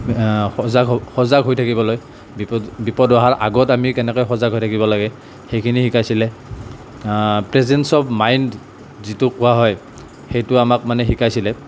সজাগ হৈ সজাগ হৈ থাকিবলৈ বিপদ বিপদ অহাৰ আগত আমি কেনেকৈ সজাগ হৈ থাকিব লাগে সেইখিনি শিকাইছিলে প্ৰেজেঞ্ছ অফ মাইণ্ড যিটোক কোৱা হয় সেইটো আমাক মানে শিকাইছিলে